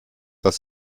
dass